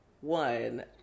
one